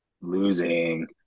Losing